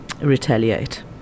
retaliate